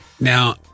Now